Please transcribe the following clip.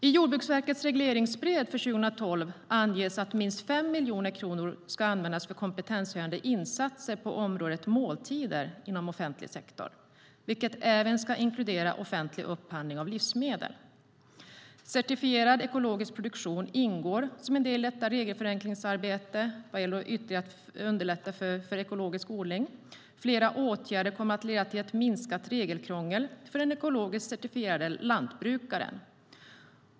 I Jordbruksverkets regleringsbrev för 2012 anges att minst 5 miljoner kronor ska användas för kompetenshöjande insatser på området måltider inom offentlig sektor, vilket även ska inkludera offentlig upphandling av livsmedel. Certifierad ekologisk produktion ingår som en del i detta regelförenklingsarbete vad gäller att ytterligare underlätta för ekologisk odling. Flera åtgärder kommer att leda till ett minskat regelkrångel för den ekologiskt certifierade lantbrukaren.